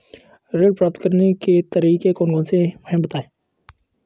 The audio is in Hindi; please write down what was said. ऋण प्राप्त करने के तरीके कौन कौन से हैं बताएँ?